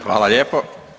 Hvala lijepo.